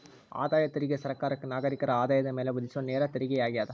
ಆದಾಯ ತೆರಿಗೆ ಸರ್ಕಾರಕ್ಕ ನಾಗರಿಕರ ಆದಾಯದ ಮ್ಯಾಲೆ ವಿಧಿಸೊ ನೇರ ತೆರಿಗೆಯಾಗ್ಯದ